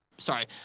Sorry